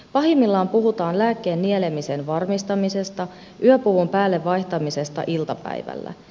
pahimmillaan puhutaan lääkkeen nielemisen varmistamisesta yöpuvun päälle vaihtamisesta iltapäivällä